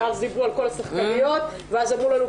שאז דיברו על כל השחקניות ואז אמרו לנו,